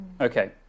okay